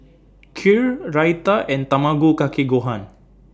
Kheer Raita and Tamago Kake Gohan